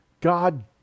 god